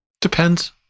Depends